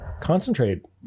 concentrate